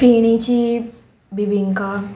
फिणीची bebinca